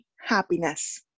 happiness